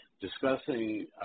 discussing